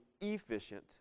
efficient